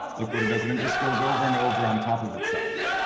look what it does. and it just goes over and over on top of itself.